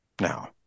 Now